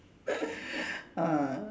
ah